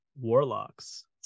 warlocks